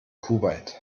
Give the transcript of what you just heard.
kuwait